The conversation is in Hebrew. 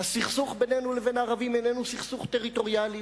הסכסוך בינינו לבין הערבים איננו סכסוך טריטוריאלי,